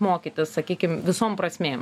mokytis sakykim visom prasmėm